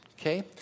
Okay